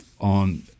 on